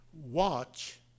watch